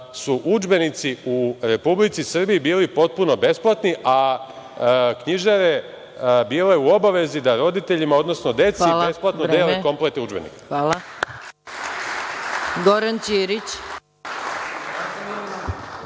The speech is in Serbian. su udžbenici u Republici Srbiji bili potpuno besplatni, a knjižare bile u obavezi da roditeljima, odnosno deci besplatno dele komplete udžbenika. **Maja Gojković**